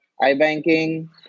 iBanking